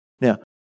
Now